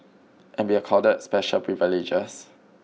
and be accorded special privileges